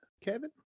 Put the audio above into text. Kevin